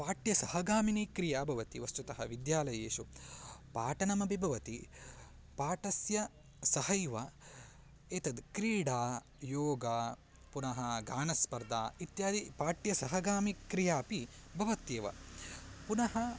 पाठ्यसहगामिनी क्रिया भवति वस्तुतः विद्यालयेषु पाठनमपि भवति पाठनस्य सहैव एषा क्रीडा योगः पुनः गानस्पर्धा इत्यादिपाठ्यसहगामिनीः क्रियाःः अपि भवन्त्येव पुनः